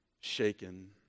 shaken